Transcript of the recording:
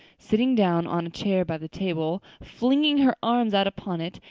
sitting down on a chair by the table, flinging her arms out upon it,